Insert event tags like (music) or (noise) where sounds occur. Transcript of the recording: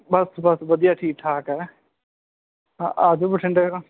ਬਸ ਬਸ ਵਧੀਆ ਠੀਕ ਠਾਕ ਹੈ ਹਾਂ ਆ ਜਾਓ ਬਠਿੰਡੇ (unintelligible)